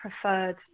preferred